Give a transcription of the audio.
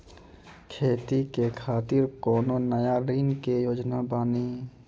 खेती के खातिर कोनो नया ऋण के योजना बानी?